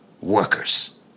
workers